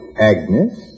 Agnes